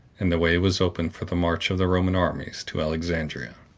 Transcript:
and the way was opened for the march of the roman armies to alexandria.